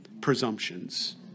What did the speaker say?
presumptions